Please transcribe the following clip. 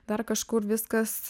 dar kažkur viskas